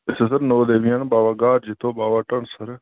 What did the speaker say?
sir नौ देवियां न बाबा ग्हार जित्तो बाबा धनसर